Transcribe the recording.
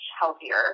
healthier